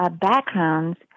backgrounds